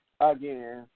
again